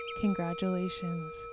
congratulations